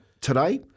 today